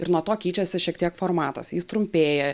ir nuo to keičiasi šiek tiek formatas jis trumpėja